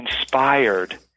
inspired